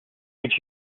would